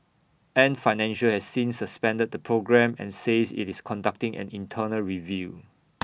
ant financial has since suspended the programme and says IT is conducting an internal review